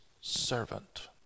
servant